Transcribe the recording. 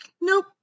Nope